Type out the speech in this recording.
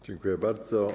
Dziękuję bardzo.